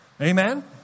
Amen